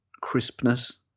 crispness